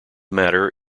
matter